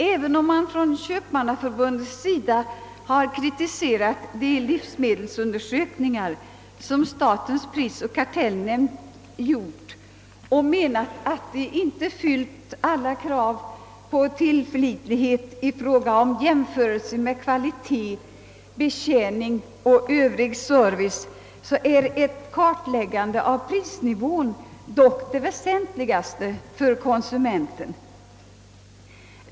Även om Sveriges köpmannaförbund har :kritiserat de livsmedelsundersökningar som statens prisoch kartellnämnd har gjort och menat att de inte fyllt alla krav på tillförlitlighet i fråga om jämförelse av kvalitet, betjäning och övrig service, är ett kartläggande av prisnivån dock det väsentligaste för konsumenten.